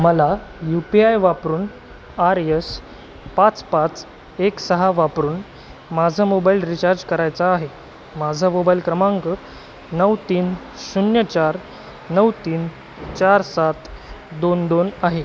मला U P I वापरून R S पाच पाच एक सहा वापरून माझा मोबाइल रिचार्ज करायचा आहे माझा मोबाइल क्रमांक नऊ तीन शून्य चार नऊ तीन चार सात दोन दोन आहे